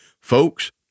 Folks